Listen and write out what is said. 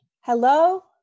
Hello